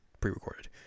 pre-recorded